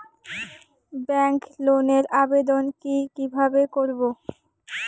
Bank লোনের আবেদন কি কিভাবে করব?